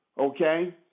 okay